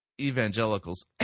Evangelicals